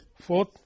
fourth